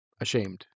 ashamed